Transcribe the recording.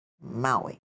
Maui